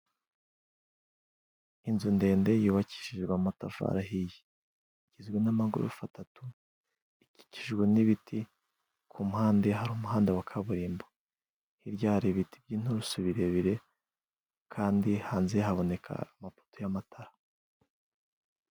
Inzu ndende yubakishijwe amatafari ahiye ,igizwe n'amagorofa atatu ikikijwe n'ibiti ku mpande hari umuhanda wa kaburimbo ,hirya hari ibiti by'inturusu birebire ,kandi hanze haboneka amapoto y'amatara